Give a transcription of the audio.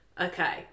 Okay